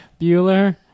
Bueller